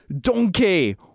Donkey